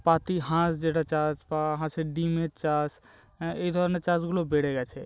পাতিহাঁস যেটা চাষ বা হাঁসের ডিমের চাষ এই ধরনের চাষগুলো বেড়ে গিয়েছে